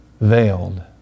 veiled